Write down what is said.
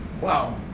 wow